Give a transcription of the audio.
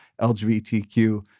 LGBTQ